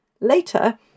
Later